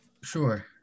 Sure